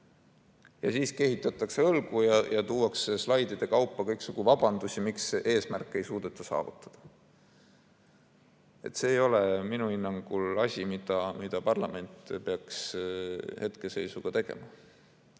on. Aga kehitatakse õlgu ja tuuakse slaidide kaupa kõiksugu vabandusi, miks seda eesmärki ei suudeta saavutada. See ei ole minu hinnangul asi, mida parlament peaks hetkeseisus tegema.